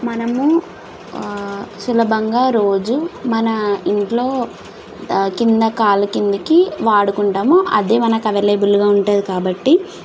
మనము సులభంగా రోజు మన ఇంట్లో కింద కాలి కిందకి వాడుకుంటాము అదే మనకి అవైలబుల్గా ఉంటుంది కాబట్టి